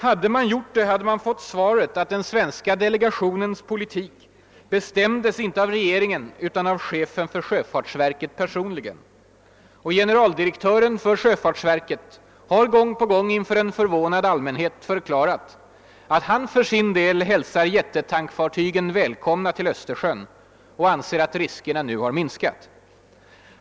Hade man gjort det hade man fått svaret att den svenska delegationens politik inte bestämdes av regeringen utan av chefen för sjöfartsverket personligen. Och generaldirektören för sjöfartsverket har gång på gång inför en förvånad allmänhet förklarat, att han för sin del hälsar jättetankfartygen välkomna till Östersjön och anser att riskerna nu har minskat.